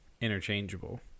interchangeable